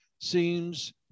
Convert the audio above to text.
seems